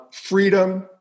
freedom